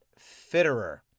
Fitterer